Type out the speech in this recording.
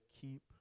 keep